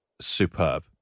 superb